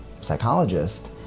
psychologist